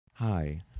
Hi